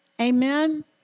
Amen